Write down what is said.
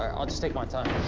um i'll just take my time.